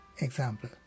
example